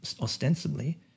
ostensibly